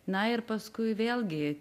na ir paskui vėlgi